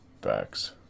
Facts